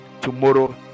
tomorrow